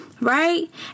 right